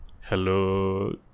Hello